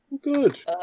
Good